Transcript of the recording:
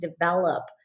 develop